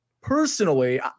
Personally